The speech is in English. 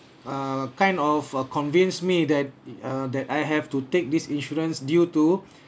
err kind of uh convinced me that uh that I have to take this insurance due to